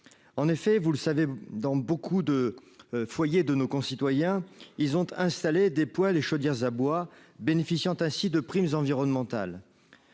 en effet, vous le savez, dans beaucoup de foyers de nos concitoyens, ils ont installé des poêles et chaudières à bois, bénéficiant ainsi de primes environnementale